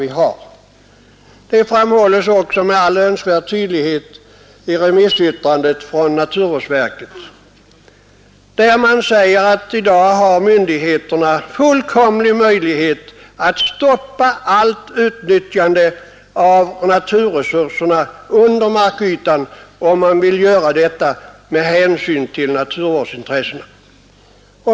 Det framhålles också med all önskvärd tydlighet i remissyttrandet från naturvårdsverket, där man säger att myndigheterna i dag har full möjlighet att stoppa allt utnyttjande av naturresurserna under markytan, om man vill göra detta med hänsyn till naturvårdsintressena.